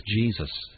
Jesus